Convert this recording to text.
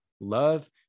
love